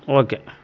okay